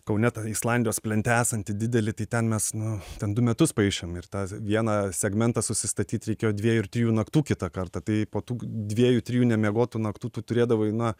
kaune ta islandijos plente esanti didelė tai ten mes nu ten du metus paišėm ir tą vieną segmentą susistatyt reikėjo dviejų ar trijų naktų kitą kartą tai po tų dviejų trijų nemiegotų naktų tu turėdavai na